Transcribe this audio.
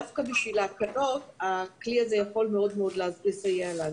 דווקא בשביל ההקלות הכלי הזה יכול לסייע לנו מאוד.